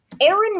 Aaron